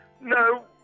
No